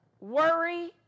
worry